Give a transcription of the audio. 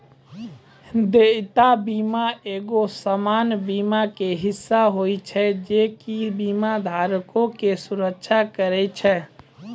देयता बीमा एगो सामान्य बीमा के हिस्सा होय छै जे कि बीमा धारको के सुरक्षा करै छै